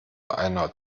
einer